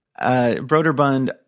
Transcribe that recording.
Broderbund